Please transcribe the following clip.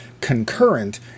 concurrent